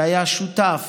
שהיה שותף